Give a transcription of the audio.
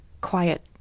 quiet